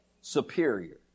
Superior